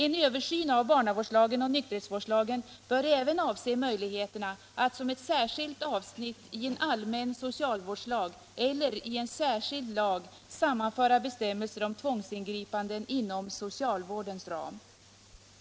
En översyn av barnavårdslagen och nykterhetsvårdslagen bör även avse möjligheterna att som ett särskilt avsnitt i en allmän socialvårdslag eller i en särskild lag sammanföra bestämmelser om tvångsingripanden inom socialvårdens ram.